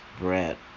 Brett